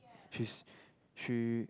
she's she